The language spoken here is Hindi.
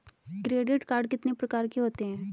क्रेडिट कार्ड कितने प्रकार के होते हैं?